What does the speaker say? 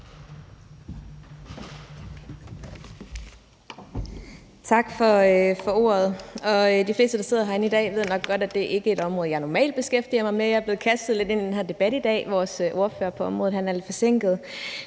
Tak for ordet. De fleste, der sidder herinde i dag, ved nok godt, at det ikke er et område, jeg normalt beskæftiger mig med. Jeg er blevet kastet lidt ind i den her debat i dag; vores ordfører på området er lidt forsinket.